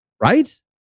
Right